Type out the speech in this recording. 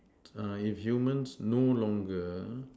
ah if humans no longer